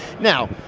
Now